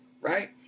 right